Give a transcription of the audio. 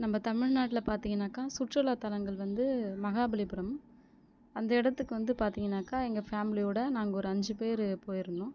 நம்ம தமிழ்நாட்டில் பார்த்தீங்கனாக்கா சுற்றுலாத்தலங்கள் வந்து மகாபலிபுரம் அந்த இடத்துக்கு வந்து பார்த்தீங்கனாக்கா எங்கள் ஃபேமிலியோடய நாங்கள் ஒரு அஞ்சு பேர் போயிருந்தோம்